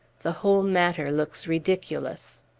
the whole matter looks ridiculous!